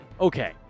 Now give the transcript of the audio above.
Okay